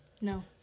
No